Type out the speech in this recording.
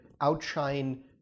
outshine